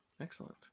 Excellent